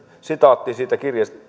sitaatti siitä